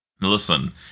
listen